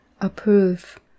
approve